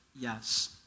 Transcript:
yes